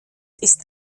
ist